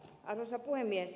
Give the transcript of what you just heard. arvoisa puhemies